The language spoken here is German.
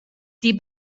die